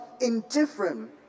indifferent